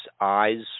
eyes